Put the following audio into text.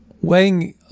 weighing